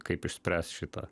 kaip išspręst šitą